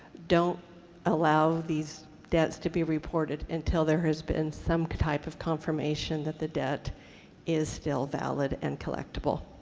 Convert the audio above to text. don't allow these debts to be reported until there has been some type of confirmation that the debt is still valid and collectable.